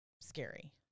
scary